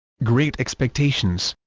great expectations